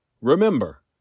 Remember